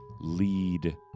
lead